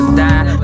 die